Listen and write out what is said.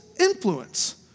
influence